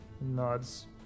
nods